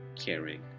caring